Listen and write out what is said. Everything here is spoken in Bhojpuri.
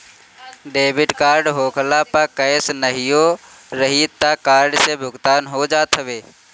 डेबिट कार्ड होखला पअ कैश नाहियो रही तअ कार्ड से भुगतान हो जात हवे